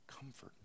comfort